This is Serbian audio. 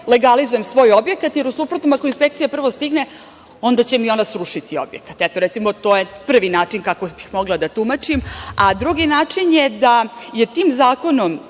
legalizujem svoj objekat, jer u suprotnom ako inspekcija prvo stigne, onda će mi ona srušiti objekat. To je prvi način kako bih mogla da tumačim. Drugi način je da je tim Zakonom